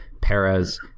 Perez